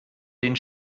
den